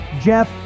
Jeff